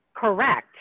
Correct